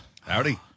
Howdy